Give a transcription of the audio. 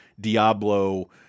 Diablo